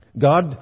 God